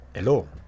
Hello